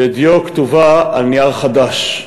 לדיו כתובה על נייר חדש.